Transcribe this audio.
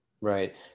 Right